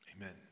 amen